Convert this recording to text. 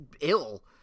ill